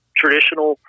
traditional